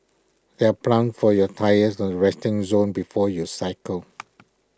there are pumps for your tyres at the resting zone before you cycle